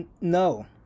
no